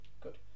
Good